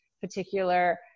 particular